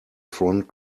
front